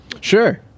Sure